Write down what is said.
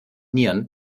nieren